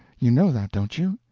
you know that, don't you?